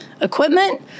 equipment